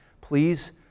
please